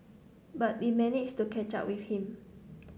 but we managed to catch up with him